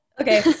okay